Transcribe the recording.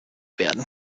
werden